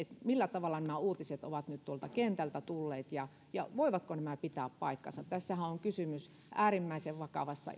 millä tavalla nämä uutiset ovat nyt tuolta kentältä tulleet ja ja voivatko nämä pitää paikkansa tässähän on on kysymys äärimmäisen vakavasta